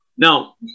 Now